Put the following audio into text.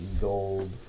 gold